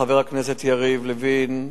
חבר הכנסת יריב לוין,